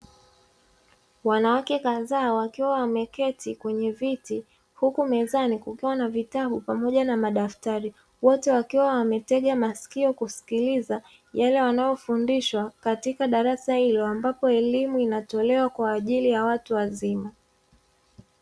Wanawake kadhaa wakiwa wameketi kwenye viti huku mezani kukiwa na vitabu pamoja na madaftari, wote wakiwa wametega masikio kumsikiliza yale wanaofundishwa katika darasa hilo, ambapo elimu inatolewa kwa ajili ya watu wazima.